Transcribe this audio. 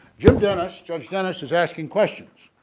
jim dennis, judge dennis is asking questions